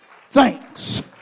Thanks